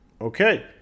Okay